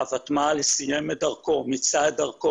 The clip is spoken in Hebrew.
שהוותמ"ל סיים את דרכו ומיצה אותה.